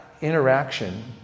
interaction